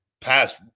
past